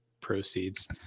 proceeds